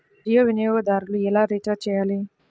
జియో వినియోగదారులు ఎలా రీఛార్జ్ చేయాలి?